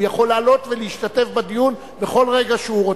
הוא יכול לעלות ולהשתתף בדיון בכל רגע שהוא רוצה.